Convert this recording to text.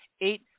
eight